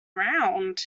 round